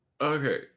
Okay